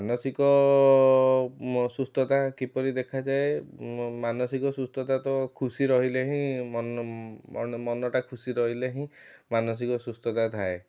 ମାନସିକ ସୁସ୍ଥତା କିପରି ଦେଖାଯାଏ ମାନସିକ ସୁସ୍ଥତା ତ ଖୁସି ରହିଲେ ହିଁ ମନ ଟା ଖୁସି ରହିଲେ ହିଁ ମାନସିକ ସୁସ୍ଥତା ଥାଏ